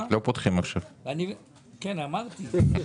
כן, אמרתי.